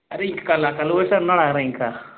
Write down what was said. అది కల్ల కల్లు గీసేవాడు ఉన్నాడారా ఇంకా